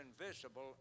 invisible